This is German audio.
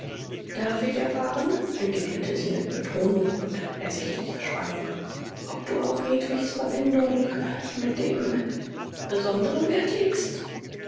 darf ich erfahren entgegnete sie mit betonung und ersichtlicher spannung ob du auf hedwigs verbindung mit dem besonderen wert legst